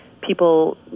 People